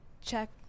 check